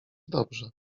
dobrze